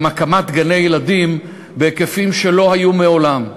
הקמת גני-ילדים בהיקפים שלא היו מעולם.